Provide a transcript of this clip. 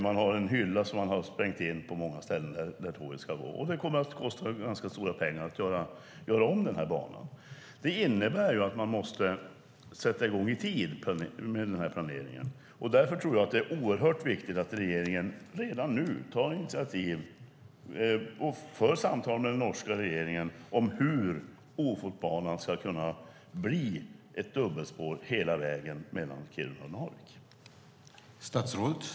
Det finns en hylla som man har sprängt in på många ställen där tåget ska gå. Det kommer att kosta ganska stora pengar att göra om den banan. Det innebär att man måste sätta i gång med planeringen i tid. Därför tror jag att det är oerhört viktigt att regeringen redan nu tar initiativ och för samtal med den norska regeringen om hur Ofotbanan ska kunna få ett dubbelspår hela vägen mellan Kiruna och Narvik.